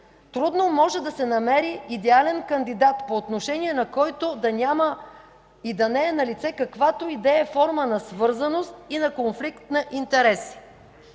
„Трудно може да се намери идеален кандидат, по отношение на който да няма и да не е налице каквато и да е форма на свързаност и на конфликт на интереси”.